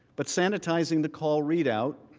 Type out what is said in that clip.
but sanitizing the call readout,